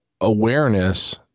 awareness